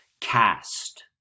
cast